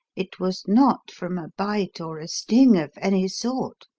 it was not from a bite or a sting of any sort.